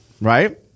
Right